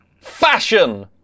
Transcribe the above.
Fashion